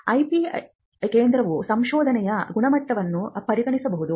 IP ಕೇಂದ್ರವು ಸಂಶೋಧನೆಯ ಗುಣಮಟ್ಟವನ್ನು ಪರಿಗಣಿಸಬಹುದು